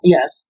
Yes